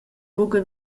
buca